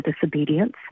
disobedience